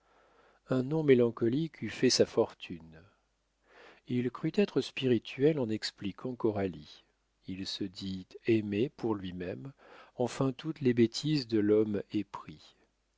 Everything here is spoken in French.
un non mélancolique eût fait sa fortune il crut être spirituel en expliquant coralie il se dit aimé pour lui-même enfin toutes les bêtises de l'homme épris